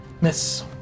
Miss